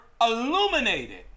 illuminated